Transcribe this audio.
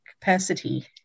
capacity